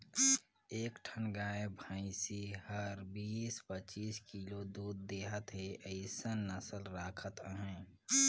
एक ठन गाय भइसी हर बीस, पचीस किलो दूद देहत हे अइसन नसल राखत अहे